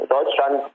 Deutschland